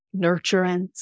nurturance